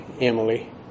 Emily